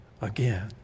again